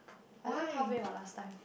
I learn halfway what last time